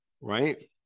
right